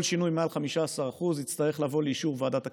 כל שינוי של מעל 15% יצטרך לבוא לאישור ועדת הכספים.